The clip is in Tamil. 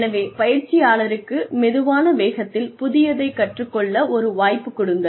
எனவே பயிற்சியாளருக்கு மெதுவான வேகத்தில் புதியதைக் கற்றுக்கொள்ள ஒரு வாய்ப்பு கொடுங்கள்